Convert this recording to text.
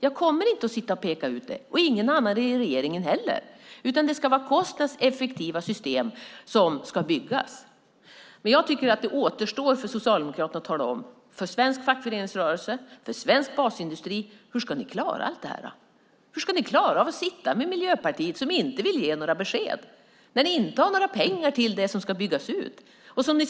Jag kommer inte att peka ut det, och ingen annan i regeringen heller. Det ska byggas kostnadseffektiva system. Jag tycker att det återstår för Socialdemokraterna att tala om för svensk fackföreningsrörelse och för svensk basindustri hur ni ska klara allt detta. Hur ska ni klara av att sitta tillsammans med Miljöpartiet som inte vill ge några besked och när ni inte har några pengar till det som ska byggas ut?